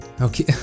Okay